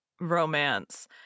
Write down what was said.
romance